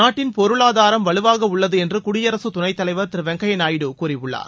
நாட்டின் பொருளாதாரம் வலுவாக உள்ளது என்று குடியரசு துணைத் தலைவர் திரு வெங்கய்ய நாயுடு கூறியுள்ளார்